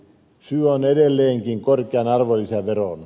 syy on edelleenkin korkean arvonlisäveron